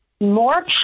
more